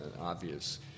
obvious